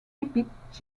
depicts